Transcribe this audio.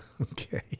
Okay